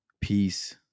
peace